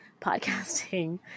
podcasting